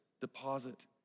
deposit